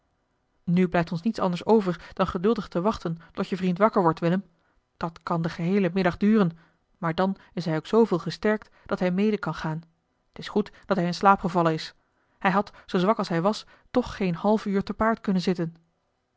nu blijft ons niets anders over dan geduldig te wachten tot je vriend wakker wordt willem dat kan den geheelen middag duren maar dan is hij ook zooveel gesterkt dat hij mede kan gaan t is goed dat hij in slaap gevallen is hij had zoo zwak als hij was toch geen half uur te paard kunnen zitten